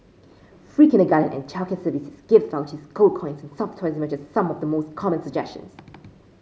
free kindergarten and childcare services gift vouchers gold coins and soft toys emerged as some of the most common suggestions